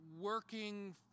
working